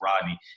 Rodney